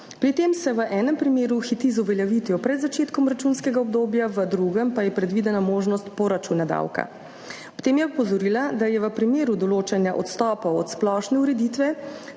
Pri tem se v enem primeru hiti z uveljavitvijo pred začetkom računskega obdobja, v drugem pa je predvidena možnost poračuna davka. Ob tem je opozorila, da je v primeru določanja odstopov od splošne ureditve